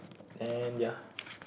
and ya